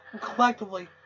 Collectively